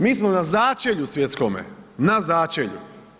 Mi smo na začelju svjetskome, na začelju.